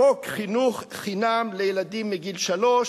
חוק חינוך חינם לילדים מגיל שלוש,